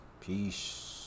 peace